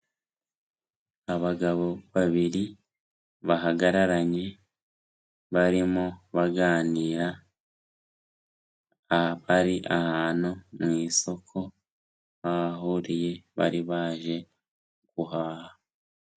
Abagabo babiri bahagararanye, barimo baganira, bari ahantu mu isoko bahuriye bari baje guhaha.